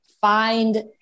find